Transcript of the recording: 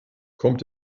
kommt